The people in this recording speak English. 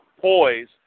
poise